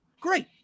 Great